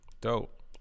Dope